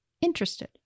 interested